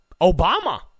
Obama